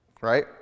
Right